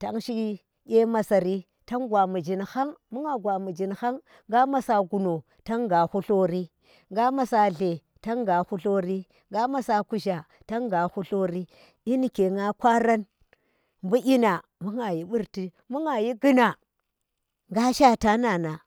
tanshi kye ma sari tag gwa muzhin hang mbunga gwa muzhin hang nga masa guno tan gha htlori, nga masa hle tang gha htlori nga ma sa kumza tang gha htlori kyi nike nga kwaran bu nyi na bu ghayi burti, bu ghani guna, nga shaata nana.